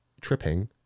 tripping